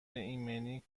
ایمنی